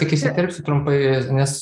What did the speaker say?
tik įsiterpsiu trumpai nes